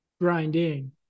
grinding